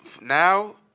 now